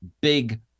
big